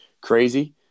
crazy